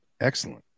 Excellent